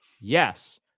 Yes